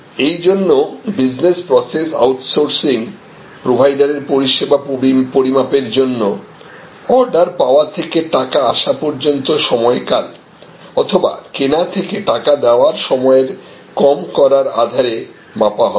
এইজন্য business process outsourcing প্রোভাইডারের পরিষেবা পরিমাপের জন্য অর্ডার পাওয়া থেকে টাকা আসা পর্যন্ত সময়কাল অথবা কেনা থেকে টাকা দেওয়ার সময়ের কম করার আধারে মাপা হবে